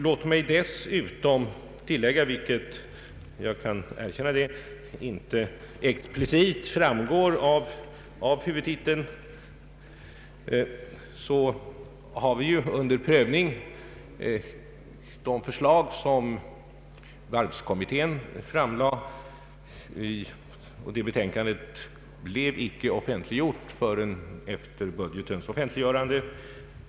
Låt mig dessutom tillägga något som — jag kan erkänna det — inte explicit framgår av huvudtiteln, nämligen att vi har under prövning det förslag som varvskommittén framlade. Dess betänkande blev icke offentliggjort förrän efter budgetens offentliggörande.